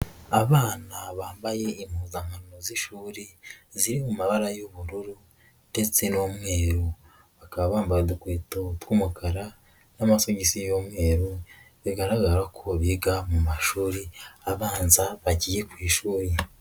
Abana bambaye impuzankano z'ishuri ziri mu mabara y'ubururu ndetse n'umweru. Bakaba bambaye udukweto tw'umukara n'amasogisi y'umweru bigaragara ko biga mu mashuri abanza bagiye ku ishuri.